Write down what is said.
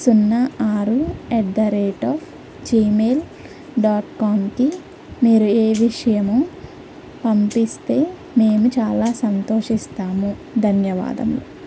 సున్నా ఆరు at the rate of Gmail dot కామ్కి మీరు ఏ విషయము పంపిస్తే మేము చాలా సంతోషిస్తాము ధన్యవాదములు